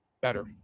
better